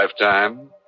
lifetime